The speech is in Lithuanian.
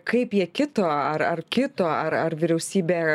kaip jie kito ar ar kito ar ar vyriausybė